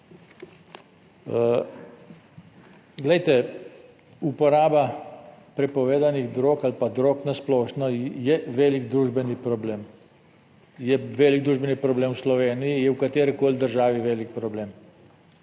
Glejte, uporaba prepovedanih drog ali pa drog na splošno je velik družbeni problem, je velik družbeni problem v Sloveniji, je v katerikoli državi velik problem.